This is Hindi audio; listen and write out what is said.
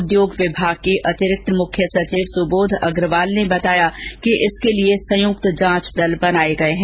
उद्योग विभाग के अतिरिक्त मुख्य सचिव सुबोध अग्रवाल ने बताया कि इसके लिए संयुक्त जांच दल बनाये गये है